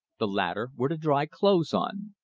the latter were to dry clothes on.